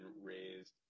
raised